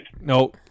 No